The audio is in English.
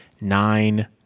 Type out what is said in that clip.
nine